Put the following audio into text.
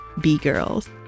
B-Girls